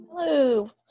Hello